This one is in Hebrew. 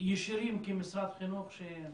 ישירים כמשרד חינוך?